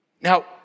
Now